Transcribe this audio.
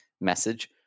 message